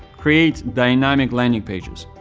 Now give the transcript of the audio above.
create dynamic landing pages.